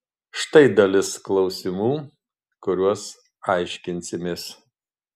štai dalis klausimų kuriuos aiškinsimės